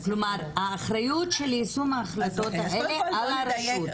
כלומר, האחריות על יישום ההחלטות האלה על הרשות.